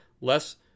less